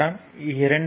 படம் 2